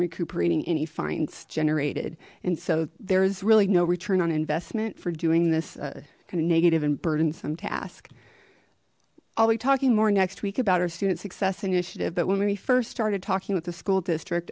recuperating any fines generated and so there's really no return on investment for doing this kind of negative and burdensome task i'll be talking more next week about our student success initiative but when we first started talking with the school district